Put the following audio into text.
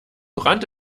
brand